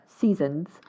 seasons